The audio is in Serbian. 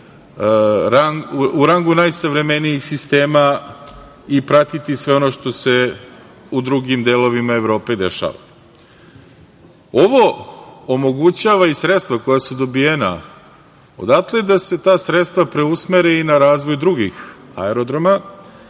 u rangu najsavremenijih sistema i pratiti sve ono što se u drugim delovima Evrope dešava. Ovo omogućavaju sredstva koja su dobijena odatle da se ta sredstva preusmere i na razvoj drugih aerodroma